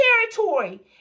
territory